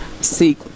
seek